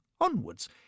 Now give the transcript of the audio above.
onwards